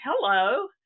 Hello